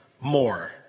more